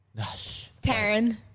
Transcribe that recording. Taryn